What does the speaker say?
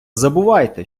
забувайте